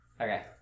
Okay